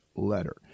Letter